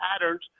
patterns